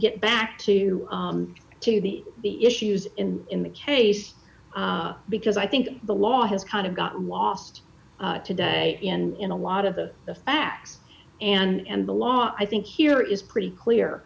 get back to to the the issues in in the case because i think the law has kind of got lost today in in a lot of the facts and the law i think here is pretty clear